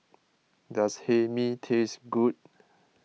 does Hae Mee taste good